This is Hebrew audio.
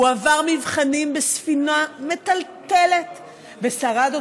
הוא עבר מבחנים בספינה מטלטלת ושרד.